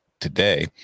today